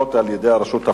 התנגדות.